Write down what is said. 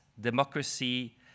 Democracy